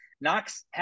Knox